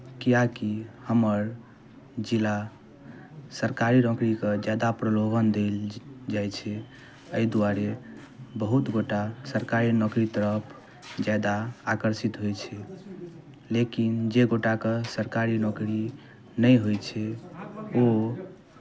किएकि हमर जिला सरकारी नौकरीके ज्यादा प्रलोभन देल जाइ छै एहि दुआरे बहुत गोटा सरकारी नौकरी तरफ ज्यादा आकर्षित होइ छै लेकिन जे गोटाके सरकारी नौकरी नहि होइ छै ओ